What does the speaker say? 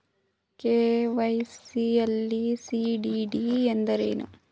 KYC ಯಲ್ಲಿ CDD ಎಂದರೇನು?